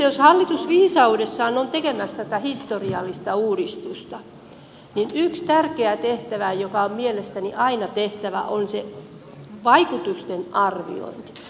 jos hallitus viisaudessaan on tekemässä tätä historiallista uudistusta niin yksi tärkeä tehtävä joka on mielestäni aina tehtävä on se vaikutusten arviointi